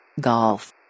Golf